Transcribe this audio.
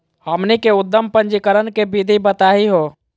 हमनी के उद्यम पंजीकरण के विधि बताही हो?